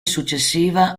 successiva